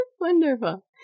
Wonderful